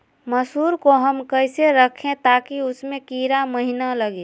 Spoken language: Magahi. मसूर को हम कैसे रखे ताकि उसमे कीड़ा महिना लगे?